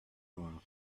noirs